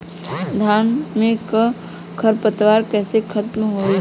धान में क खर पतवार कईसे खत्म होई?